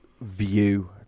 view